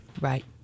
Right